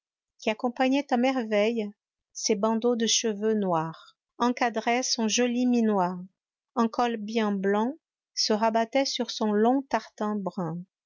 qui accompagnaient à merveille ses bandeaux de cheveux noirs encadrait son joli minois un col bien blanc se rabattait sur son long tartan